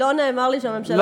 לא נאמר לי שהממשלה מתנגדת.